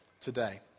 today